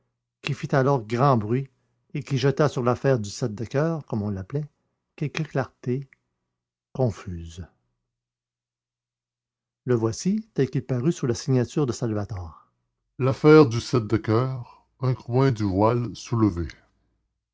qui fit alors tant de bruit et qui jeta sur l'affaire du sept de coeur comme on l'appelait quelques clartés confuses le voici tel qu'il parut sous la signature de salvator l'affaire du sept de coeur un coin du voile soulevé